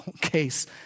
case